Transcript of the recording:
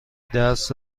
درس